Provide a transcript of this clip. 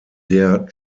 der